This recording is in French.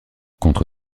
contre